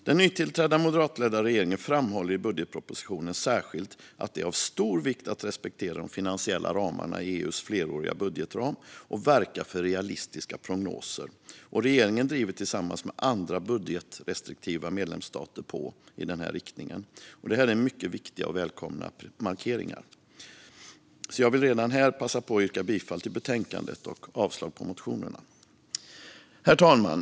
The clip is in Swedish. Den nytillträdda moderatledda regeringen framhåller i budgetpropositionen särskilt att det är av stor vikt att respektera de finansiella ramarna i EU:s fleråriga budgetram och att verka för realistiska prognoser, och regeringen driver tillsammans med andra budgetrestriktiva medlemsstater på i den riktningen. Detta är mycket viktiga och välkomna markeringar. Jag vill redan här passa på att yrka bifall till utskottets förslag i betänkandet och avslag på motionerna. Herr talman!